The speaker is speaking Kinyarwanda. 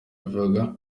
bivuga